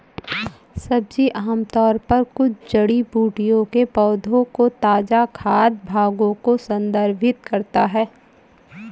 सब्जी आमतौर पर कुछ जड़ी बूटियों के पौधों के ताजा खाद्य भागों को संदर्भित करता है